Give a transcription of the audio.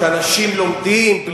שאנשים לומדים.